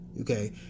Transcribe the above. Okay